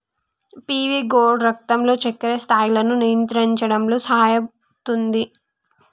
PV gourd రక్తంలో చక్కెర స్థాయిలను నియంత్రించడంలో సహాయపుతుంది